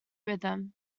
rhythm